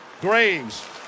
Graves